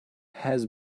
has